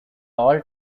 all